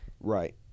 right